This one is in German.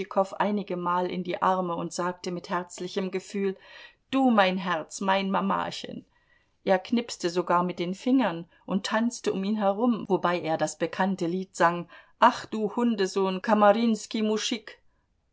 tschitschikow einigemal in die arme und sagte mit herzlichem gefühl du mein herz mein mamachen er knipste sogar mit den fingern und tanzte um ihn herum wobei er das bekannte lied sang ach du hundesohn